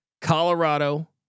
Colorado